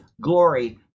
glory